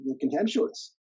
contemptuous